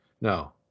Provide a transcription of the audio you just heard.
No